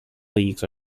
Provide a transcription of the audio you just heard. leagues